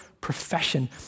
profession